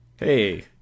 Hey